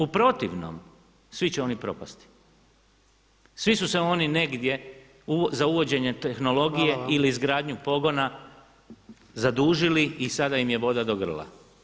U protivnom svi će oni propasti, svi su se oni negdje za uvođenje tehnologije ili [[Upadica Jandroković: Hvala.]] izgradnju pogona zadužili i sada im je voda do grla.